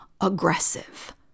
aggressive